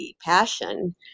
passion